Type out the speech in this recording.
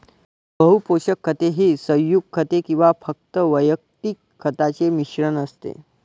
बहु पोषक खते ही संयुग खते किंवा फक्त वैयक्तिक खतांचे मिश्रण असते